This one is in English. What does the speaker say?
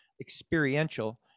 experiential